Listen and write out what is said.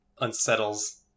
unsettles